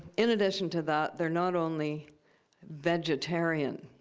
in addition to that, they're not only vegetarian.